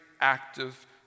active